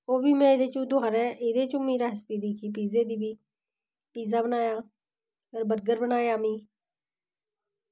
ते ओह्बी में एह्दे च गै रेसिपी दिक्खी पिज्जे दी बी पिज्जा बनाया होर बर्गर बनाया में